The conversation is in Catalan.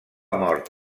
mort